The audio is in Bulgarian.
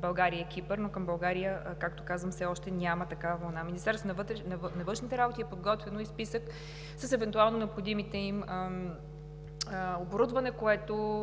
България и Кипър, но към България, както казвам, все още няма такава вълна. Министерството на външните работи е подготвило и списък с евентуално необходимото оборудване, за което,